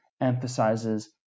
emphasizes